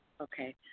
Okay